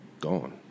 gone